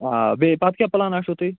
آ بیٚیہِ پتہٕ کیٚاہ پٕلانہ چھُو تۄہہِ